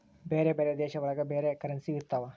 ಬೇರೆ ಬೇರೆ ದೇಶ ಒಳಗ ಬೇರೆ ಕರೆನ್ಸಿ ಇರ್ತವ